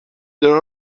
there